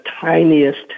tiniest